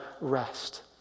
rest